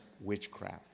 witchcraft